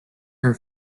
her